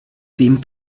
wem